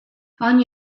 ogni